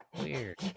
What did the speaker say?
weird